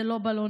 זה לא בלונים.